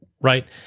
right